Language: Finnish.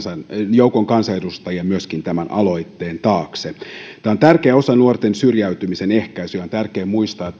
joukon kansanedustajia aloitteen taakse tämä on tärkeä osa nuorten syrjäytymisen ehkäisyä ja on tärkeää muistaa